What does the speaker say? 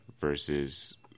versus